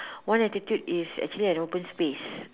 one altitude is actually an open space